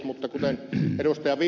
mutta kuten ed